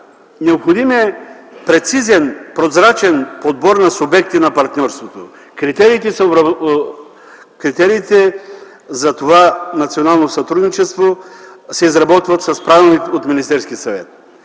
необходим е прецизен, прозрачен подбор на субектите на партньорство. Критериите за това национално сътрудничество се изработват с правилник от Министерския съвет.